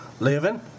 Living